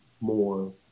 more